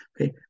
Okay